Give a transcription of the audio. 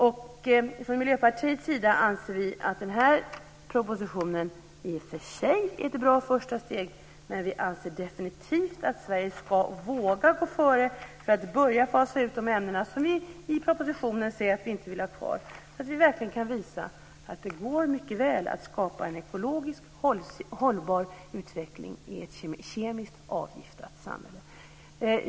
Vi i Miljöpartiet anser att propositionen i och för sig är ett bra första steg, men vi anser definitivt också att Sverige ska våga gå före för att börja fasa ut de ämnen som vi i propositionen säger att vi inte vill ha kvar. Vi måste verkligen visa att det mycket väl går att skapa en ekologiskt hållbar utveckling i ett kemiskt avgiftat samhälle.